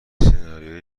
سناریوی